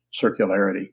circularity